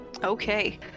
Okay